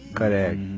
correct